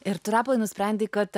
ir tu rapolai nusprendei kad